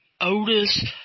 Otis